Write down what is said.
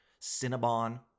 Cinnabon